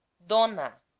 dona.